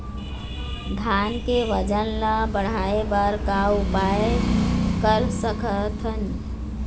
धान के वजन ला बढ़ाएं बर का उपाय कर सकथन?